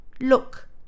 look